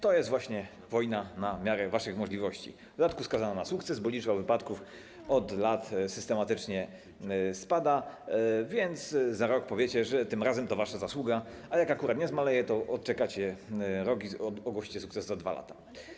To jest właśnie wojna na miarę waszych możliwości, w dodatku skazana na sukces, bo liczba wypadków od lat systematycznie spada, więc za rok powiecie, że tym razem to wasza zasługa, a jak akurat nie zmaleje, to odczekacie rok i ogłosicie sukces za 2 lata.